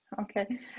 Okay